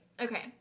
okay